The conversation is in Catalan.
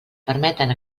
permeten